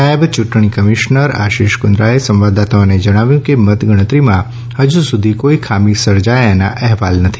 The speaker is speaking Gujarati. નાયબ ચૂંટણી કમિશ્નર આશીષ કુન્દાએ સંવાદદાતાઓને જણાવ્યું કે મતગણતરીમાં હજ સુધી કોઇ ત્રુટિ થયાના અહેવાલ નથી